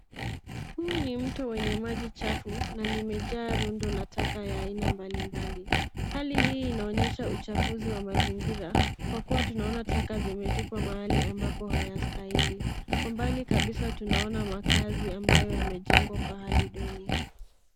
Huu ni mto wenye maji chafu, na limejaa rundo la taka ya aina mbalimbali, hali hii inaonyesha uchafuzi wa mazingira, kwa kuwa tunaona taka zimetupwa mahali ambapo hayastahili. Kwa mbali kabisa tunaona makazi ambayo yamejengwa kwa hali duni.